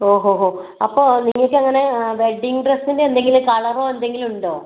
ഓ ഹോ ഹോ അപ്പോൾ നിങ്ങൾക്ക് അങ്ങനെ വെഡ്ഡിംഗ് ഡ്രസ്സിൻ്റെ എന്തെങ്കിലും കളറോ എന്തെങ്കിലും ഉണ്ടോ